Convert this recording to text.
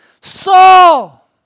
Saul